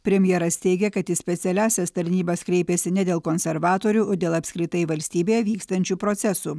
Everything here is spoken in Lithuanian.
premjeras teigia kad į specialiąsias tarnybas kreipėsi ne dėl konservatorių o dėl apskritai valstybėje vykstančių procesų